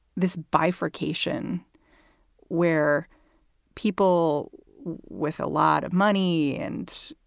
this bifurcation where people with a lot of money and.